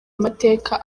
amateka